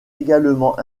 également